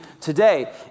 today